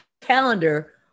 calendar